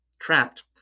trapped